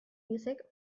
music